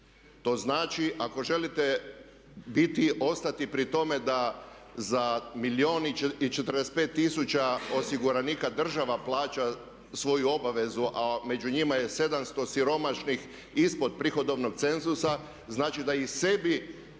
To znači ako želite biti i ostati pri tome da za milijun i 45 tisuća osiguranika država plaća svoju obvezu a među njima je 700 tisuća siromašnih ispod prihodovnog cenzusa znači da i sebi